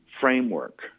framework